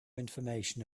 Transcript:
information